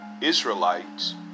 Israelites